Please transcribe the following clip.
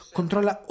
Controlla